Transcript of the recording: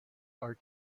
are